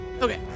Okay